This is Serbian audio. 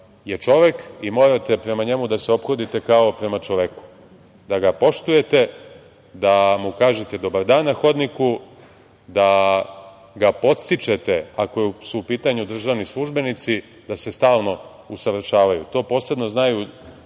je čovek i morate prema njemu da se ophodite kao prema čoveku, da ga poštujete, da mu kažete dobar dan na hodniku, da ga podstičete ako su u pitanju državni službenici da se stalno usavršavaju. To posebno znaju